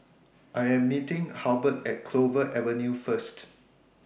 I Am meeting Halbert At Clover Avenue First